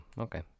Okay